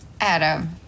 Adam